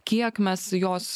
kiek mes jos